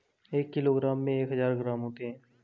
एक किलोग्राम में एक हजार ग्राम होते हैं